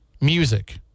Music